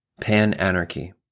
Pan-Anarchy